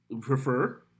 Prefer